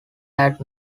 had